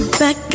back